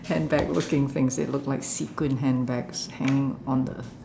handbag looking things it looked like sequin handbags hanging on the